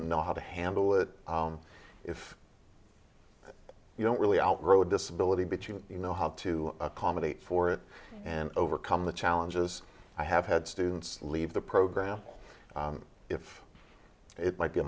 know how to handle it if you don't really outgrow disability but you can you know how to accommodate for it and overcome the challenges i have had students leave the program if it might be a